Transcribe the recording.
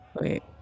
Wait